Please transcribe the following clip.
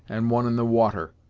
and one in the water.